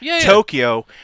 Tokyo